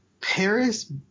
Paris